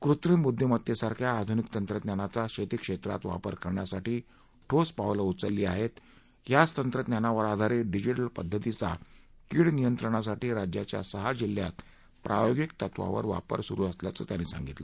कृत्रीम बुद्धीमत्तेसारख्या आधूनिक तंत्रज्ञानाचा शेती क्षेत्रात वापर करण्यासाठी ठोस पावलं उचली आहेत याच तंत्रज्ञानावर आधारित डिजीटल पध्दतीचा कीड नियंत्रणासाठी राज्याच्या सहा जिल्ह्यात प्रायोगिक तत्वावर वापर सुरु असल्याचं त्यांनी सांगितलं